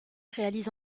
réalise